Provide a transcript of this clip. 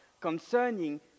concerning